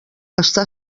està